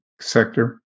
sector